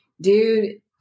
dude